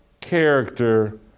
character